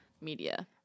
media